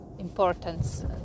importance